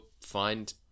find